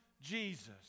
Jesus